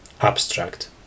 Abstract